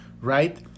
right